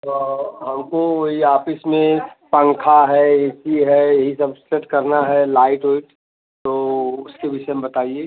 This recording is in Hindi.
तो हमको वो ही आफिस में पंखा है ए सी है यही सब सेट करना है लाइट ओइट तो उसके विषय में बताइए